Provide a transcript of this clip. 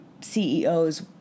CEOs